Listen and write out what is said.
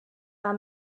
war